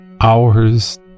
hours